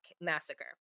massacre